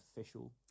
official